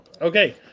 Okay